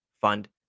fund